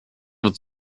wird